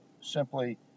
simply